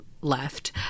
left